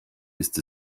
ist